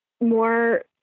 more